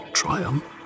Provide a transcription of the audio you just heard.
triumph